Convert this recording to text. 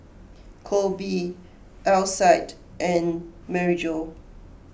Koby Alcide and Maryjo